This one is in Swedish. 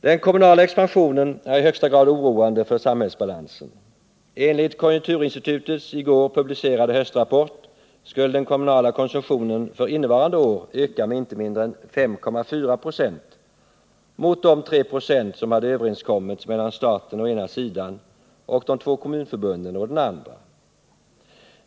Den kommunala expansionen är i högsta grad oroande för samhällsbalansen. Enligt konjunkturinstitutets i går publicerade höstrapport skulle den kommunala konsumtionen för innevarande år öka med inte mindre än 5,4 96 mot de 3 26 som hade överenskommits mellan staten å ena sidan och de två kommunförbunden å den andra.